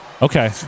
Okay